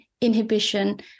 Inhibition